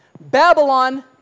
Babylon